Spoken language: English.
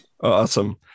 Awesome